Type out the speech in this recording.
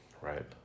Right